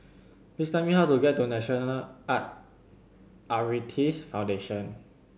please tell me how to get to National Arthritis Foundation